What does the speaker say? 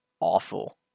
awful